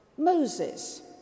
Moses